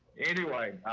anyway